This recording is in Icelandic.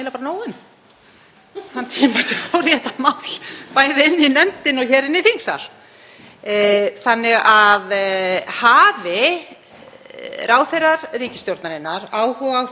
ráðherrar ríkisstjórnarinnar áhuga á því að tefja málið eða stöðva það, og þá vísa ég í þeirra eigið mál því að nú er það ekki þingmannamálið sem er á dagskrá heldur